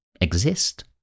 exist